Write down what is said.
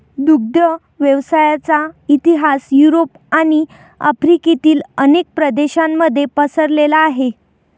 दुग्ध व्यवसायाचा इतिहास युरोप आणि आफ्रिकेतील अनेक प्रदेशांमध्ये पसरलेला आहे